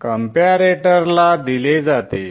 कंप्यारेटरला दिले जाते